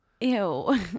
Ew